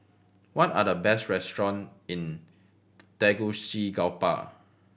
what are the best restaurant in Tegucigalpa